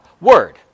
word